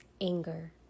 anger